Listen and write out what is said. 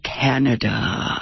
Canada